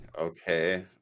Okay